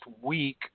week